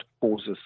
causes